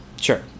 Sure